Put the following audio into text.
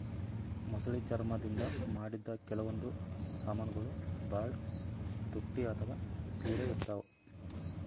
ಮೊಸಳಿ ಚರ್ಮ್ ದಿಂದ್ ಮಾಡಿದ್ದ್ ಕೆಲವೊಂದ್ ಸಮಾನ್ಗೊಳ್ ಭಾಳ್ ತುಟ್ಟಿ ಅಥವಾ ಪಿರೆ ಇರ್ತವ್